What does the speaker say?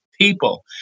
people